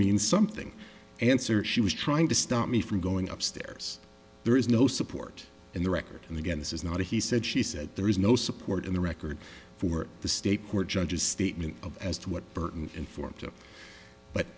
mean something answer she was trying to stop me from going upstairs there is no support in the record and again this is not a he said she's that there is no support in the record for the state court judge's statement of as to what burton informed but